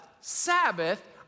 Sabbath